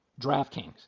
DraftKings